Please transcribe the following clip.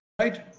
right